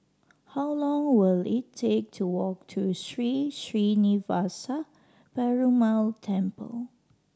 how long will it take to walk to Sri Srinivasa Perumal Temple